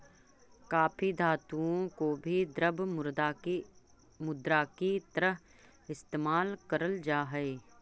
काफी धातुओं को भी द्रव्य मुद्रा की तरह इस्तेमाल करल जा हई